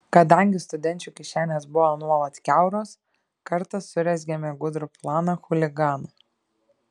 kadangi studenčių kišenės buvo nuolat kiauros kartą surezgėme gudrų planą chuliganą